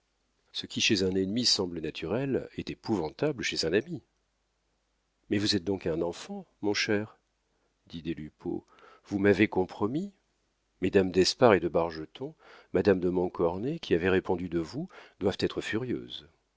ce qui chez un ennemi semble naturel est épouvantable chez un ami mais vous êtes donc un enfant mon cher dit des lupeaulx vous m'avez compromis mesdames d'espard et de bargeton madame de montcornet qui avaient répondu de vous doivent être furieuses